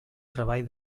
treball